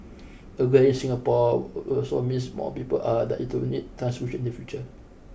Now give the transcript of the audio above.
the greying Singapore also means more people are likely to need transfusions in the future